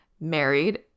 married